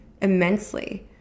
immensely